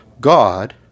God